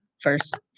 first